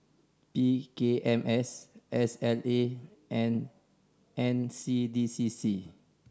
P K M S S L A and N C D C C